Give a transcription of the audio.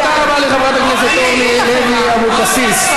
תודה רבה לחברת הכנסת אורלי לוי אבקסיס.